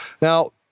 Now